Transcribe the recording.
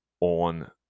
on